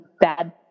bad